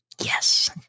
yes